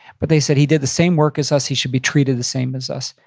but they said, he did the same work as us. he should be treated the same as us.